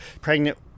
pregnant